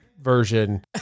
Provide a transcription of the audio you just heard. version